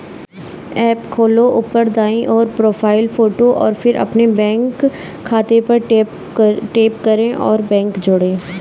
app खोलो, ऊपर दाईं ओर, प्रोफ़ाइल फ़ोटो और फिर अपने बैंक खाते पर टैप करें और बैंक जोड़ें